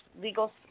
legal